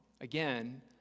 Again